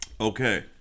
Okay